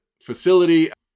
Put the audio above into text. facility